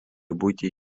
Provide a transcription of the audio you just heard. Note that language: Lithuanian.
būti